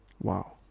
wow